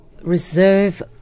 reserve